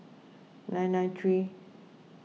nine nine three